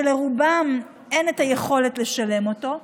שלרובם אין את היכולת לשלם אותו,